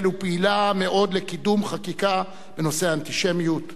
ופעילה מאוד לקידום חקיקה בנושא האנטישמיות,